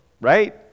Right